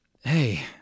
Hey